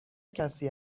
کسی